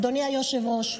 אדוני היושב-ראש,